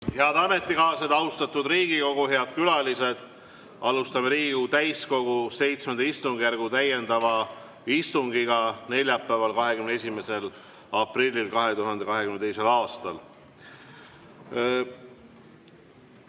Head ametikaaslased! Austatud Riigikogu! Head külalised! Alustame Riigikogu täiskogu VII istungjärgu täiendavat istungit neljapäeval, 21. aprillil 2022. aastal.